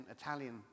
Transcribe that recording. Italian